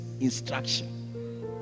instruction